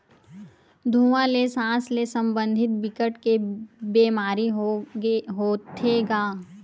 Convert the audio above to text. धुवा ले सास ले संबंधित बिकट के बेमारी होथे गा